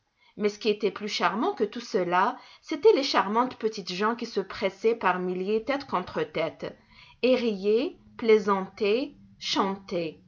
mais ce qui était plus charmant que tout cela c'étaient les charmantes petites gens qui se pressaient par milliers tête contre tête et